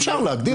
אפשר להגדיר.